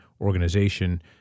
organization